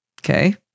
Okay